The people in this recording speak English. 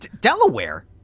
Delaware